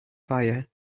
fire